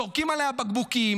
זורקים עליה בקבוקים,